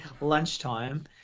lunchtime